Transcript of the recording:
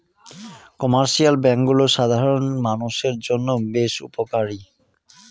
commercial ব্যাঙ্কগুলো সাধারণ মানষের জন্য বেশ উপকারী